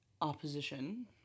opposition